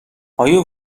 آیا